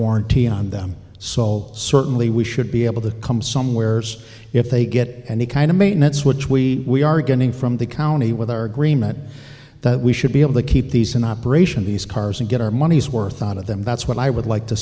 warranty on them so certainly we should be able to come somewheres if they get any kind of maintenance which we are getting from the county with our agreement that we should be able to keep these in operation these cars and get our money's worth out of them that's what i would like to